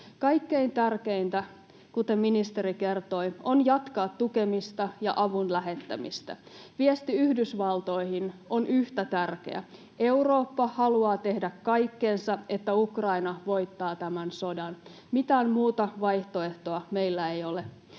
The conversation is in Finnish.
Kaikkein tärkeintä, kuten ministeri kertoi, on jatkaa tukemista ja avun lähettämistä. Viesti Yhdysvaltoihin on yhtä tärkeä. Eurooppa haluaa tehdä kaikkensa, että Ukraina voittaa tämän sodan. Mitään muuta vaihtoehtoa meillä ei ole.